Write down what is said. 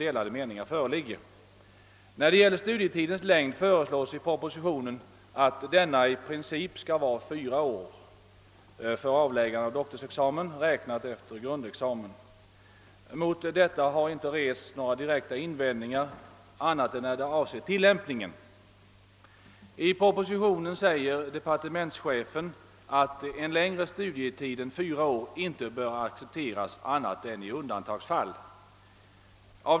I propositionen föreslås att studietiden efter grundexamen i princip skall vara fyra år för avläggande av doktorsexamen. Några direkta invändningar häremot har inte rests annat än beträffande tillämpningen. I propositionen framhåller departementschefen att längre studietid än fyra år inte bör accepteras annat än i undantagsfall.